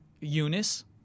Eunice